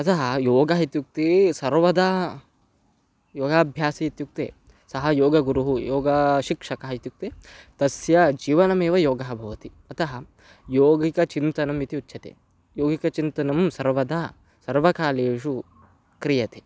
अतः योगः इत्युक्ते सर्वदा योगाभ्यासे इत्युक्ते सः योगगुरुः योगशिक्षकः इत्युक्ते तस्य जीवनमेव योगः भवति अतः यौगिकचिन्तनम् इति उच्यते यौगिकचिन्तनं सर्वदा सर्वकालेषु क्रियते